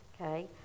Okay